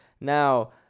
Now